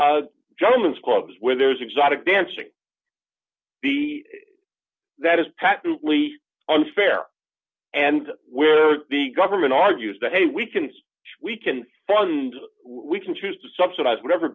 germans clubs where there's exotic dancing the that is patently unfair and where the government argues that hey we can we can fund we can choose to subsidize whatever